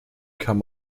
kann